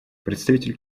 представитель